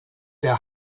der